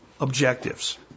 objectives